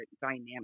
dynamics